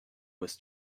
was